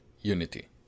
Unity